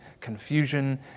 confusion